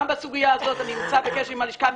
גם בסוגיה הזאת אני נמצא בקשר עם הלשכה המשפטית.